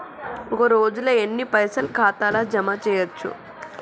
ఒక రోజుల ఎన్ని పైసల్ ఖాతా ల జమ చేయచ్చు?